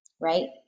right